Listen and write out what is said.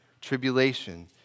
tribulation